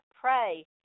pray